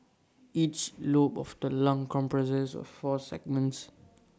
each lobe of the lung comprises of four segments